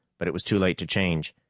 but it was too late to change.